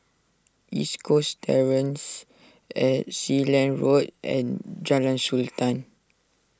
East Coast Terrace Sealand Road and Jalan Sultan